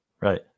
right